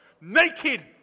Naked